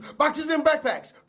boxes and backpacks